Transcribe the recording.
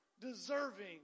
deserving